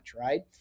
right